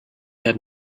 had